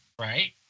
Right